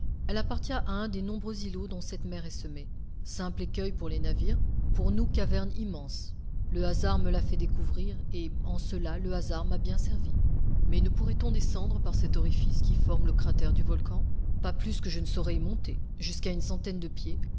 elle appartient à un des nombreux îlots dont cette mer est semée simple écueil pour les navires pour nous caverne immense le hasard me l'a fait découvrir et en cela le hasard m'a bien servi mais ne pourrait-on descendre par cet orifice qui forme le cratère du volcan pas plus que je ne saurais y monter jusqu'à une centaine de pieds